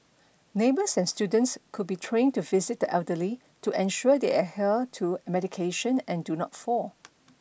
neighbors and students could be trained to visit the elderly to ensure they adhere to medication and do not fall